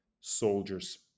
soldiers